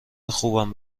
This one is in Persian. خوبم